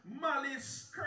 malice